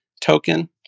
token